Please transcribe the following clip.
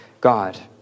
God